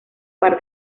par